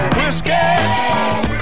Whiskey